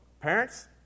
parents